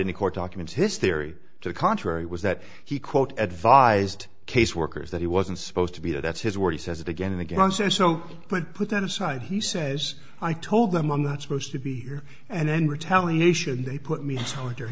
the court documents his theory to the contrary was that he quote advised caseworkers that he wasn't supposed to be there that's his word he says it again and again so so put that aside he says i told them i'm not supposed to be here and then retaliation they put me under